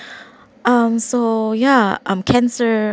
um so yeah um cancer